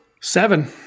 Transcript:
Seven